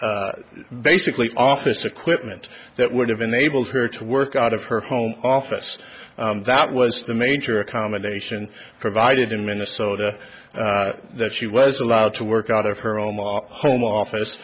s basically office equipment that would have enabled her to work out of her home office that was the major accommodation provided in minnesota that she was allowed to work out of her own home office